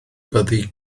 byddi